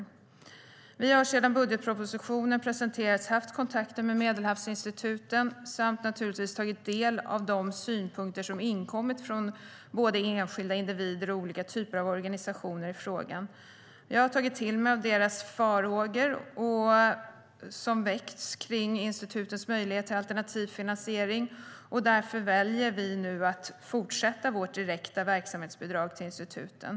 Vi har sedan budgetpropositionen presenterades haft kontakter med Medelhavsinstituten och naturligtvis tagit del av de synpunkter i frågan som har inkommit från både enskilda individer och olika typer av organisationer. Jag har tagit till mig av de farhågor som har väckts kring institutens möjligheter till alternativ finansiering. Därför väljer vi nu att fortsätta vårt direkta verksamhetsbidrag till instituten.